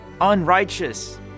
unrighteous